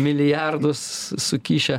milijardus sukišę